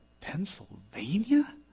Pennsylvania